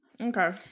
Okay